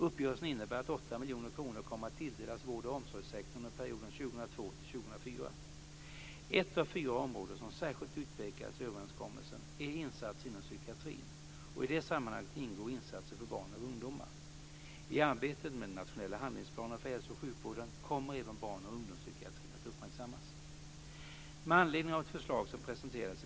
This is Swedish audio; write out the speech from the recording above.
Uppgörelsen innebär att 8 miljarder kronor kommer att tilldelas vård och omsorgssektorn under perioden 2002-2004. Ett av fyra områden som särskilt utpekas i överenskommelsen är insatser inom psykiatrin, och i det sammanhanget ingår insatser för barn och ungdomar. I arbetet med den nationella handlingsplanen för hälso och sjukvården kommer även barn och ungdomspsykiatrin att uppmärksammas.